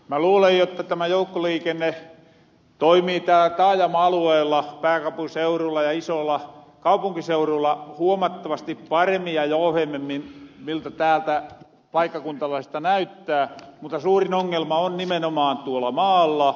mä luulen jotta tämä joukkoliikenne toimii täällä taajama alueella pääkaupunkiseurulla ja isoolla kaupunkiseuruilla huomattavasti paremmin ja jouhevammin kuin miltä täällä paikkakuntalaisista näyttää mutta suurin ongelma on nimenomaan tuolla maalla